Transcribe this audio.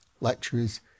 lectures